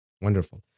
Wonderful